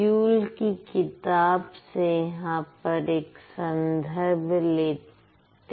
you'll की किताब से यहां पर एक संदर्भ लेती है